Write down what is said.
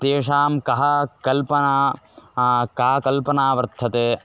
तेषां का कल्पना का कल्पना वर्तते